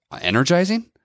energizing